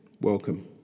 Welcome